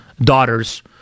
daughters